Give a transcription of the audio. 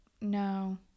No